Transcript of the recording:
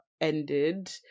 ended